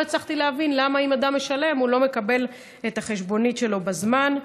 ולא הצלחתי להבין למה אם אדם משלם הוא לא מקבל את החשבונית שלו בזמן.